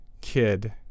kid